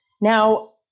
Now